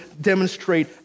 demonstrate